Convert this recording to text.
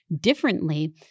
differently